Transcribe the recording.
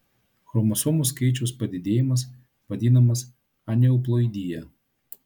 chromosomų skaičiaus padidėjimas vadinamas aneuploidija